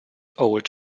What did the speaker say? old